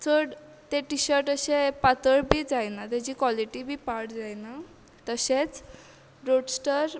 चड तें टिशर्ट अशें पातळ बी जायना तेजी कॉलेटी बी पाड जायना तशेंच रोडस्टर